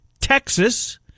Texas